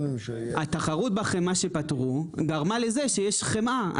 התחרות בחמאה שפתרו, גרמה לזה שיש חמאה.